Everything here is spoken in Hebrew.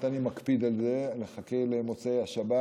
אני מקפיד על זה ומחכה למוצאי השבת.